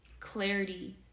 Clarity